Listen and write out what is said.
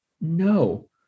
No